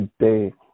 today